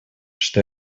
что